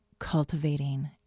cultivating